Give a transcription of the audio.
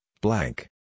blank